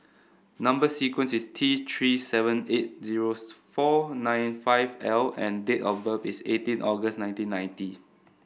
number sequence is T Three seven eight zero four nine five L and date of birth is eighteen August nineteen ninety